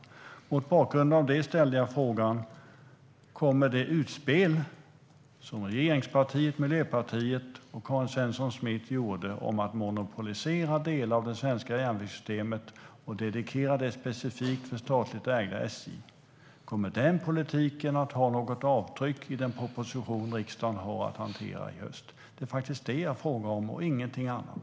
Mot bakgrund av det ställde jag frågan: Kommer politiken i det utspel som regeringspartiet Miljöpartiet och Karin Svensson Smith gjorde om att monopolisera delar av det svenska järnvägssystemet specifikt för statligt ägda SJ att ta sig uttryck i den proposition riksdagen har att hantera i höst? Det var det jag frågade om och ingenting annat.